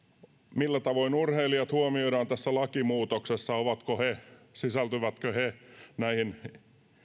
millä tavoin urheilijat huomioidaan tässä lakimuutoksessa sisältyvätkö he näihin